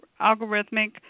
algorithmic